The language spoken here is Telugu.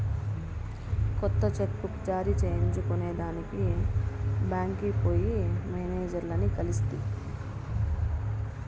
కొత్త చెక్ బుక్ జారీ చేయించుకొనేదానికి బాంక్కి పోయి మేనేజర్లని కలిస్తి